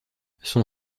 son